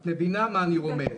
את מבינה מה אני רומז.